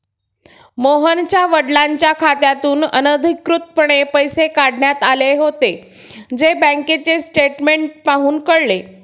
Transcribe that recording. मोहनच्या वडिलांच्या खात्यातून अनधिकृतपणे पैसे काढण्यात आले होते, जे बँकेचे स्टेटमेंट पाहून कळले